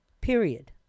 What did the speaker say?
Period